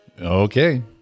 Okay